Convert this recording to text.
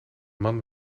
man